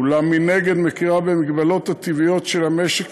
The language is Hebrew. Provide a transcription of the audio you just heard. אולם מנגד מכירה במגבלות הטבעיות של המשק